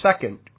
second